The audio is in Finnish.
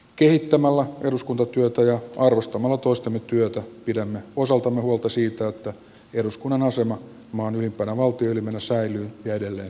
kehittämällä eduskuntatyötä ja arvostamalla toistemme työtä pidämme osaltamme huolta siitä että eduskunnan asema maan ylimpänä valtioelimenä säilyy ja edelleen vahvistuu